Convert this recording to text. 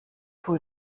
pour